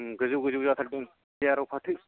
औ गोजौ गोजौ जाथारदों एबाराव फाथो